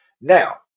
now